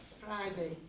Friday